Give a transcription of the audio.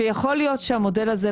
שיכול להיות שהמודל הזה,